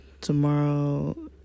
Tomorrow